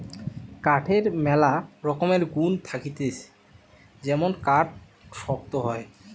কাঠের ম্যালা রকমের গুন্ থাকতিছে যেমন কাঠ শক্ত হয়